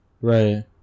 Right